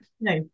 No